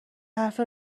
حرف